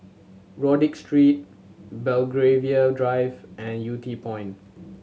Rodyk Street Belgravia Drive and Yew Tee Point